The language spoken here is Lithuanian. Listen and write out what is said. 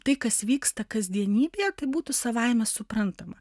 tai kas vyksta kasdienybėje tai būtų savaime suprantama